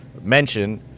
mentioned